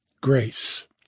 grace